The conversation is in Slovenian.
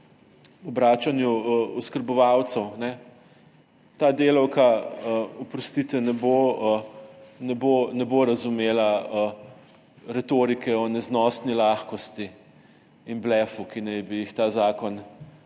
in obračanju oskrbovancev, ta delavka, oprostite, ne bo razumela retorike o neznosni lahkosti in blefu, ki naj bi jih prinašal